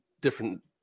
different